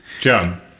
John